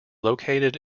located